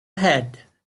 head